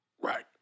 Right